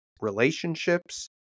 relationships